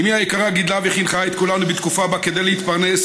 אימי היקרה גידלה וחינכה את כולנו בתקופה שבה כדי להתפרנס